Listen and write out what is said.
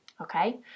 okay